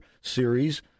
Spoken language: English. series